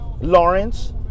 Lawrence